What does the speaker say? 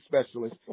specialist